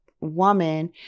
woman